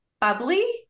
bubbly